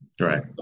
Right